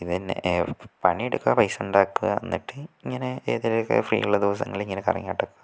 ഇതുതന്നെ പണിയെടുക്കുക പൈസ ഉണ്ടാക്കുക എന്നിട്ട് ഇങ്ങനെ ഏതെങ്കിലുമൊക്കെ ഫ്രീയുള്ള ദിവസങ്ങളിൽ ഇങ്ങനെ കറങ്ങി നടക്കുക